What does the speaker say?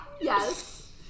Yes